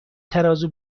ترازو